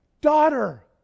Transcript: daughter